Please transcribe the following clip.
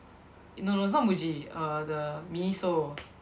you know those not Muji err the Miniso